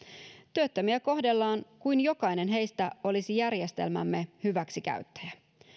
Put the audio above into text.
työttömiä kohdellaan kuin jokainen heistä olisi järjestelmämme hyväksikäyttäjä